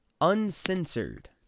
uncensored